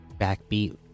backbeat